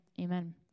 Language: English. Amen